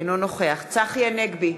אינו נוכח צחי הנגבי,